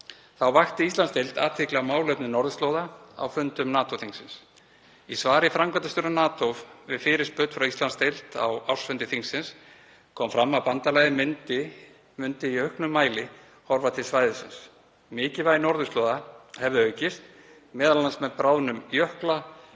Þá vakti Íslandsdeild athygli á málefnum norðurslóða á fundum NATO-þingsins. Í svari framkvæmdastjóra NATO við fyrirspurn frá Íslandsdeild á ársfundi þingsins kom fram að bandalagið myndi í auknum mæli horfa til svæðisins. Mikilvægi norðurslóða hefði aukist, m.a. með bráðnun jökla,